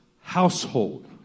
household